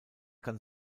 kann